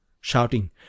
shouting